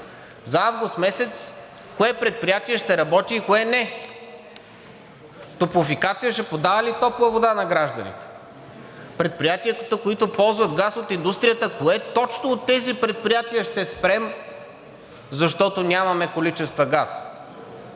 август кое предприятие ще работи и кое не. „Топлофикация“ ще подава ли топла вода на гражданите? Предприятията, които ползват газ от индустрията – кое точно от тези предприятия ще спрем, защото нямаме количества газ.